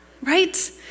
Right